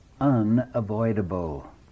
unavoidable